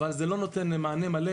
אבל זה לא נותן מענה מלא,